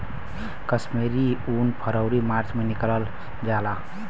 कश्मीरी उन फरवरी मार्च में निकालल जाला